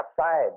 outside